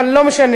אבל לא משנה,